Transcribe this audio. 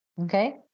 Okay